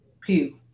pew